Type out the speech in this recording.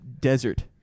desert